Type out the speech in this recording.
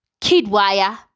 Kidwire